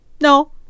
no